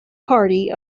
party